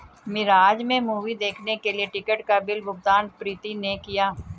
मिराज में मूवी देखने के लिए टिकट का बिल भुगतान प्रीति ने किया